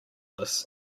cops